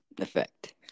effect